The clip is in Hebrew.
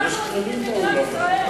אנחנו צריכים את מדינת ישראל.